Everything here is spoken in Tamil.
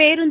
பேருந்து